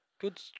good